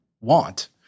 want